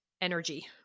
energy